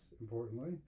importantly